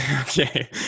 Okay